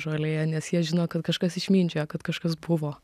žolėje nes jie žino kad kažkas išmindžiojo kad kažkas buvo